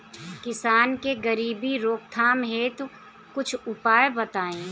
किसान के गरीबी रोकथाम हेतु कुछ उपाय बताई?